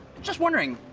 just wondering,